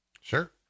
Sure